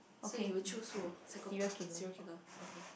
so you choose who psychopath serial killer okay